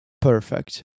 Perfect